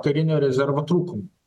karinio rezervo trūkumų